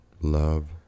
love